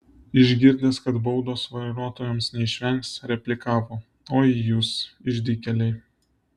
išgirdęs kad baudos vairuotojas neišvengs replikavo oi jūs išdykėliai